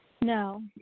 No